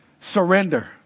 surrender